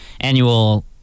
annual